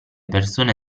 persone